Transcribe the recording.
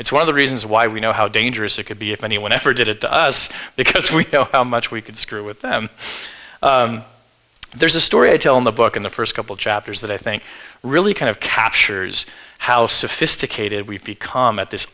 it's one of the reasons why we know how dangerous it could be if anyone ever did it to us because we know how much we could screw with them there's a story i tell in the book in the first couple chapters that i think really kind of captures how sophisticated we've become at this